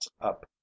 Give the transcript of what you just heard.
up